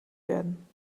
werden